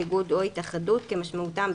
אנחנו לא מזלזלים,